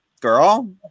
girl